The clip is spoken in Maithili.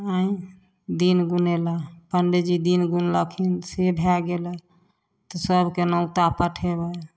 अँए दिन गुनैलए पण्डीजी दि गुनलखिन से भै गेलै तऽ सभके नोता पठेबै